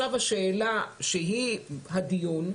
השאלה שעולה בדיון היא